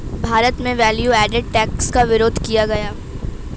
भारत में value added tax का विरोध किया गया